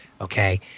Okay